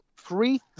three